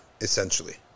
essentially